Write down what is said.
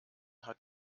hat